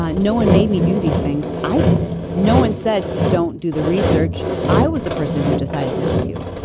ah no one made me do these things. i did it. no one said don't do the research. i was the person who decided not to.